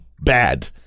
bad